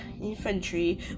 infantry